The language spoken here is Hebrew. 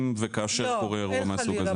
אם וכאשר קורה אירוע מהסוג הזה.